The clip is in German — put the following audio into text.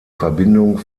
verbindung